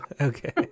Okay